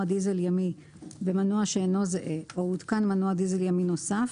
דיזל ימי במנוע שאינו זהה או הותקן מנוע דיזל ימי נוסף,